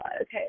okay